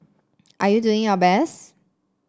are you doing your best